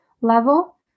level